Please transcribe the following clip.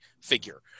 figure